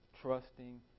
trusting